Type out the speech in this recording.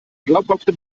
glaubhafte